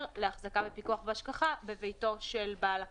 להחזקה בפיקוח ובהשגחה בביתו של בעל הכלב.